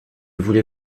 voulez